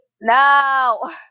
No